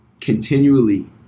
continually